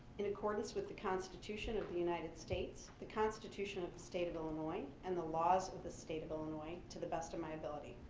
in accordance with the constitution of the united states, the constitution of the state of illinois, and the laws of the state of illinois to the best of my ability.